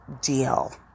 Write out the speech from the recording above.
deal